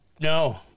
no